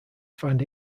find